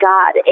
God